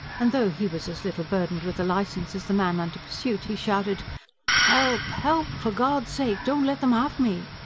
and though he was as little burdened with a licence as the man under pursuit, he shouted help, help. for god's sake, don't let em have me!